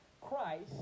Christ